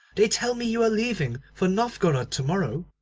they tell me you are leaving for novgorod to-morrow.